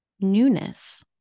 newness